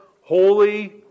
holy